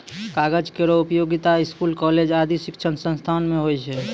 कागज केरो उपयोगिता स्कूल, कॉलेज आदि शिक्षण संस्थानों म होय छै